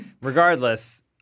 Regardless